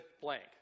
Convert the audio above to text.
blank